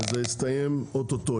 וזה יסתיים אוטוטו.